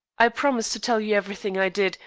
i promised to tell you everything i did,